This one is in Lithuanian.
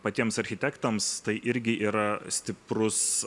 patiems architektams tai irgi yra stiprus